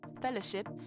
fellowship